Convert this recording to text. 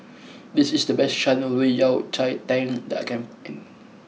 this is the best Shan Rui Yao Cai Tang that I can find